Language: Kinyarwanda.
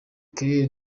claire